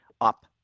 up